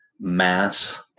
mass